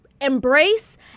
embrace